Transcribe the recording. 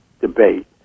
debate